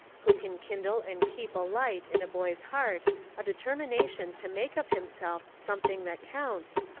who can kindle and keep alight in a boy's heart a determination to make of himself something that counts,